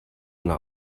nach